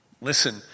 Listen